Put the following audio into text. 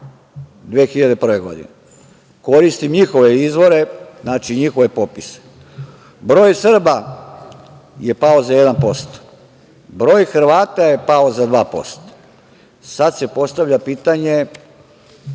2001. godine. Koristim njihove izvore, njihove popise. Broj Srba je pao za 1%. Broj Hrvata je pao za 2%. Sad se postavlja pitanje